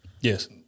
Yes